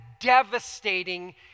devastating